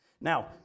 Now